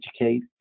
educate